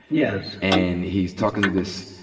yes. and he's talking to this,